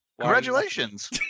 congratulations